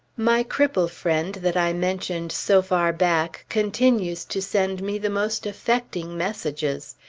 my cripple friend that i mentioned so far back continues to send me the most affecting messages.